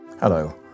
Hello